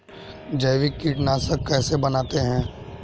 जैविक कीटनाशक कैसे बनाते हैं?